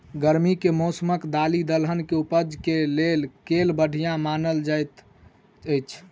गर्मी केँ मौसम दालि दलहन केँ उपज केँ लेल केल बढ़िया मानल जाइत अछि?